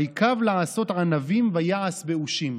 וַיְקַו לעשות ענבים ויעשׂ באֻשים".